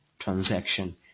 transaction